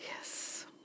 Yes